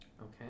Okay